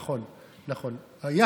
נכון, נכון.